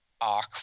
arc